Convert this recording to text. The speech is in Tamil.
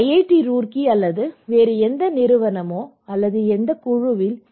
டி ரூர்க்கி அல்லது வேறு எந்த நிறுவனம் அல்லது இந்த குழுவில் ஈ